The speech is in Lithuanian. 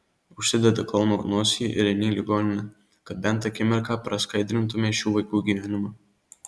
užsidedi klouno nosį ir eini į ligoninę kad bent akimirką praskaidrintumei šių vaikų gyvenimą